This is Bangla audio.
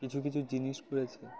কিছু কিছু জিনিস করেছে